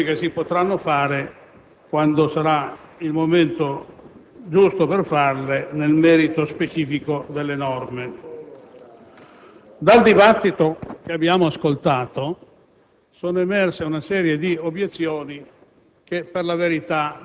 per anticipare un'intenzione di voto che deriva totalmente dalla questione di principio. Le poche cose che dirò riguardano la scelta di principio, salvo